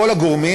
כל הגורמים.